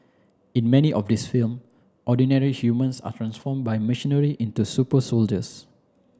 in many of these film ordinary humans are transform by machinery into super soldiers